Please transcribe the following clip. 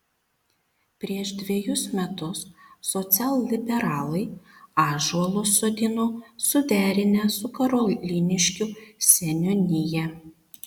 prieš dvejus metus socialliberalai ąžuolus sodino suderinę su karoliniškių seniūnija